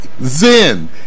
Zen